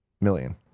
million